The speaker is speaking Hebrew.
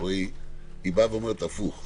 היא אומרת הפוך: